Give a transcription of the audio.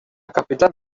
capital